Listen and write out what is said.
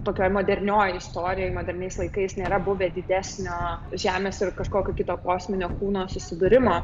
tokioj modernioj istorijoj moderniais laikais nėra buvę didesnio žemės ir kažkokio kito kosminio kūno susidūrimo